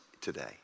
today